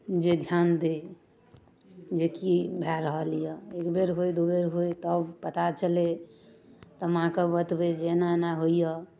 जे ध्यान दै जे की भए रहल यए एकबेर होय दूबेर होय तब पता चलै अपन माँकेँ बतबै जे एना एना होइए